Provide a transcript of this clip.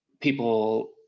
people